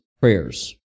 prayers